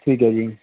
ਠੀਕ ਹੈ ਜੀ